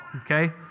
Okay